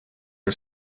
are